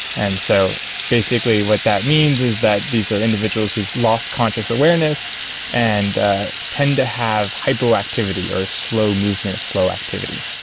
and so basically what that means is that these are individuals who have lost conscious awareness and tend to have hypo-activity or slow movement, slow activity.